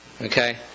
Okay